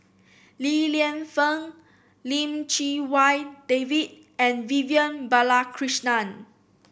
Li Lienfung Lim Chee Wai David and Vivian Balakrishnan